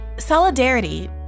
Solidarity